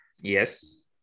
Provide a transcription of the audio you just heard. Yes